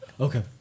Okay